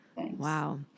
Wow